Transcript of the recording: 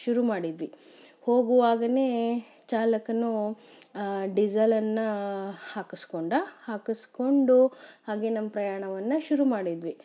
ಶುರು ಮಾಡಿದ್ವಿ ಹೋಗುವಾಗಲೇ ಚಾಲಕನು ಡೀಸೆಲನ್ನು ಹಾಕಿಸ್ಕೊಂಡ ಹಾಕಿಸ್ಕೊಂಡು ಹಾಗೆ ನಮ್ಮ ಪ್ರಯಾಣವನ್ನು ಶುರು ಮಾಡಿದ್ವಿ